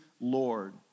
Lord